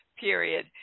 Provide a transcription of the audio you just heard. period